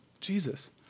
Jesus